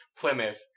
Plymouth